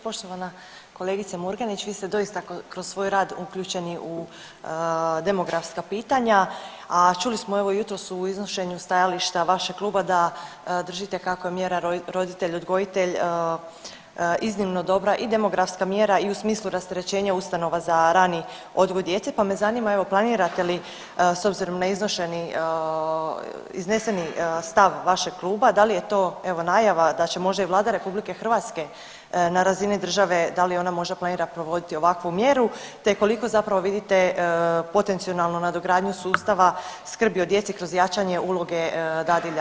Poštovana kolegice Murganić, vi ste doista kroz svoj rad uključeni u demografska pitanja, a čuli smo evo jutros u iznošenju stajališta vašeg kluba da držite kako je mjera roditelj odgojitelj iznimno dobra i demografska mjera i u smislu rasterećenja ustanova za rani odgoj djece, pa me zanima evo planirate li s obzirom na izneseni stav vašeg kluba, da li je to evo najava da će možda i Vlada RH na razini države da li ona možda planira provoditi ovakvu mjeru te koliko zapravo vidite potencionalnu nadogradnju sustava skrbi o djeci kroz jačanje uloge dadilja